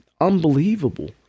unbelievable